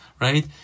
right